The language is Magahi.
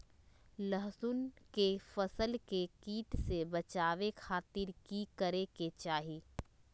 लहसुन के फसल के कीट से बचावे खातिर की करे के चाही?